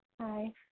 Hi